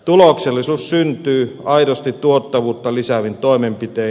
tuloksellisuus syntyy aidosti tuottavuutta lisäävin toimenpitein